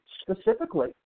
specifically